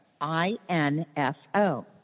I-N-F-O